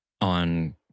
on